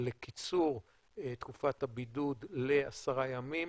לקיצור תקופת הבידוד לעשרה ימים,